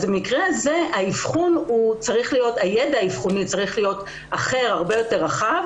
במקרה כזה הידע האבחוני צריך להיות הרבה יותר רחב